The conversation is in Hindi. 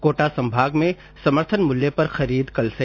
कोटा संभाग में समर्थन मुल्य पर खरीद कल से